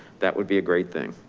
that would be a great thing.